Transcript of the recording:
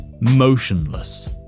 motionless